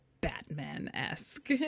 Batman-esque